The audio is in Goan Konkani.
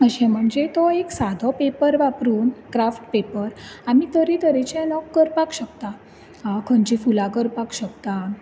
म्हणजे तो एक सादो पेपर वापरून क्राफ्ट पेपर आमी तरेतरेचे न्हू करपाक शकता खंयचीं फुलां करपाक शकतात